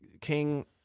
King